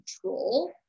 control